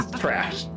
trash